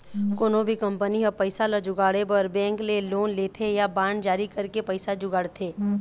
कोनो भी कंपनी ह पइसा ल जुगाड़े बर बेंक ले लोन लेथे या बांड जारी करके पइसा जुगाड़थे